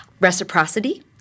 Reciprocity